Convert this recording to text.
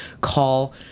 Call